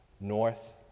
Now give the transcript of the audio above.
North